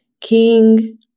King